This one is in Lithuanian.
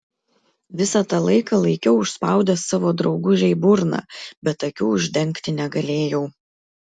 visą tą laiką laikiau užspaudęs savo draugužei burną bet akių uždengti negalėjau